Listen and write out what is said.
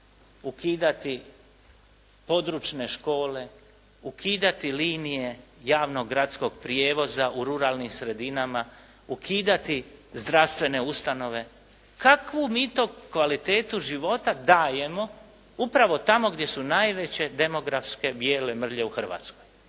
ukidati područne škole, ukidati linije javnog gradskog prijevoza u ruralnim sredinama, ukidati zdravstvene ustanove. Kakvu mi to kvalitetu života dajemo upravo tamo gdje su najveće demografske bijele mrlje u Hrvatskoj?